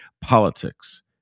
politics